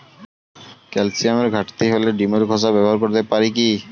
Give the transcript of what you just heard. ক্যালসিয়ামের ঘাটতি হলে ডিমের খোসা ব্যবহার করতে পারি কি?